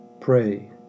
pray